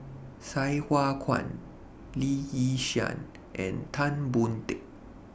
Sai Hua Kuan Lee Yi Shyan and Tan Boon Teik